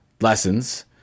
lessons